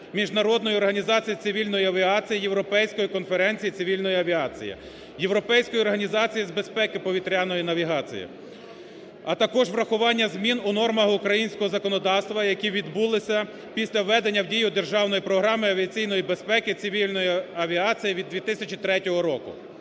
Міжнародної організації цивільної авіації, Європейської конференції цивільної авіації, Європейською організацією з безпеки повітряної навігації, а також врахування змін у нормах українського законодавства яке відбулося після введення в дію державної програми авіаційної безпеки цивільної авіації від 2003 року.